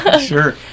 Sure